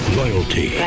loyalty